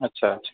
अच्छा अच्छा